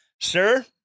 Sir